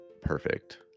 perfect